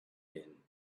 din